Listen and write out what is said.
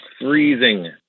Freezing